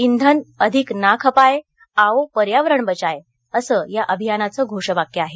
इंधन अधिक ना खपाएं आओ पर्यावरण बचाए असं अभियानाचं घोषवाक्य आहे